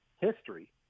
history